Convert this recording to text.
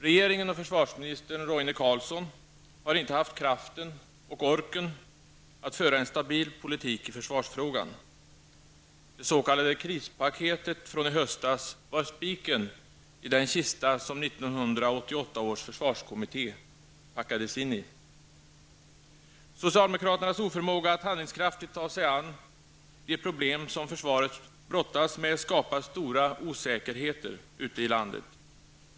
Regeringen och försvarsminister Roine Carlsson har inte haft kraften och orken att föra en stabil politik i försvarsfrågan. Det s.k. krispaketet från i höstas var spiken i den kista som 1988 års försvarskommitté lades ner i. Socialdemokraternas oförmåga att handlingskraftigt ta sig an de problem som försvaret brottas med skapar stora osäkerheter ute i landet.